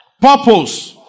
purpose